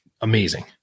amazing